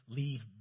leave